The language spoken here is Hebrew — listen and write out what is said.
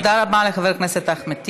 תודה רבה לחבר הכנסת אחמד טיבי.